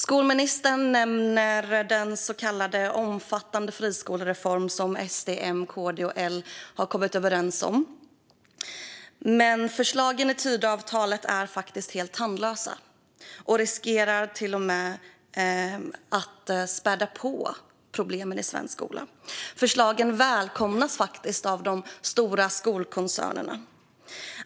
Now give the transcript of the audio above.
Skolministern nämner den så kallade omfattande friskolereformen, som SD, M, KD och L har kommit överens om. Men förslagen i Tidöavtalet är helt tandlösa och riskerar till och med att spä på problemen i svensk skola. Förslagen välkomnas av de stora skolkoncernerna.